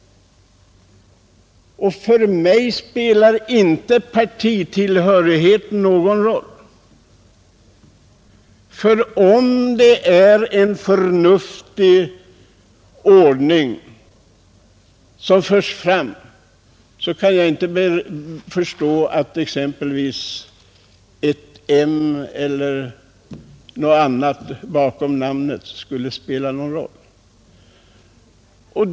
Och för mig spelar inte partitillhörigheten någon roll! Om någon för fram förslag till en förnuftig ordning kan jag inte förstå att exempelvis ett m eller någon annan beteckning efter namnet skulle ha någon betydelse.